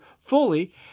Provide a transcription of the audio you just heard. fully